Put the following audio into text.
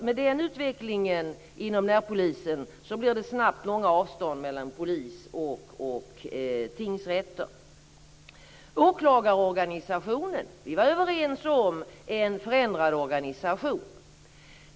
Med den utvecklingen inom närpolisen är det klart att det snabbt blir långa avstånd mellan polis och tingsrätter. Vi var överens om en förändrad åklagarorganisation.